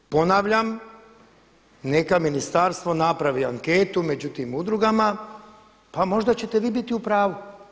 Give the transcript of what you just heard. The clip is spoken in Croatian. Ponavljam neka ministarstvo napravi anketu među tim udrugama, pa možda ćete vi biti u pravu.